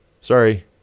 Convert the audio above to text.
Sorry